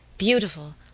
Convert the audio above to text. beautiful